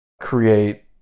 create